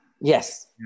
yes